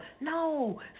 No